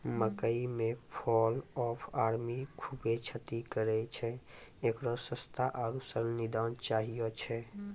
मकई मे fall of army खूबे क्षति करेय छैय, इकरो सस्ता आरु सरल निदान चाहियो छैय?